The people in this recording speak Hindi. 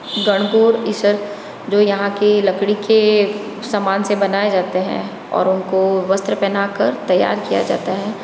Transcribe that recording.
गणगौर इसर जो यहाँ के लकड़ी के सामान से बनाए जाते हैं और उनको वस्त्र पहनाकर तैयार किया जाता है